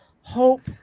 hope